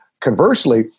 conversely